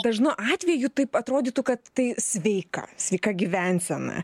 dažnu atveju taip atrodytų kad tai sveika sveika gyvensena